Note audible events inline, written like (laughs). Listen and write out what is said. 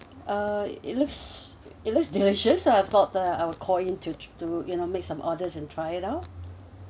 uh it looks it looks delicious (laughs) and I thought that I'd call in to to you know make some orders and try it out